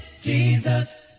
Jesus